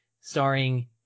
starring